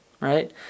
right